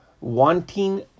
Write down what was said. wanting